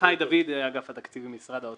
דוד, אגף התקציבים, משרד האוצר.